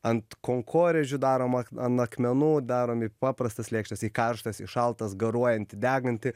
ant konkorėžių daroma an akmenų darom į paprastas lėkštes į karštas į šaltas garuojantį degantį